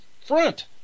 front